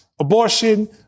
Abortion